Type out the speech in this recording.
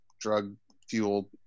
drug-fueled